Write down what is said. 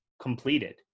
completed